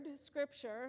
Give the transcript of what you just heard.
scripture